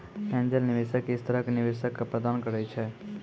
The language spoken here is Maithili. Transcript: एंजल निवेशक इस तरह के निवेशक क प्रदान करैय छै